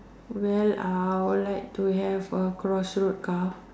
well I will like to have a cross road car